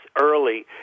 early